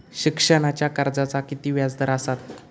शिक्षणाच्या कर्जाचा किती व्याजदर असात?